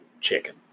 chicken